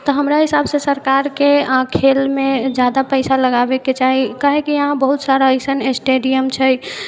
तऽ हमरा हिसाबसँ सरकारके आओर खेलमे जादा पैसा लगाबैके चाही काहेकि इहाँ बहुत सारा अइसन स्टेडियम छै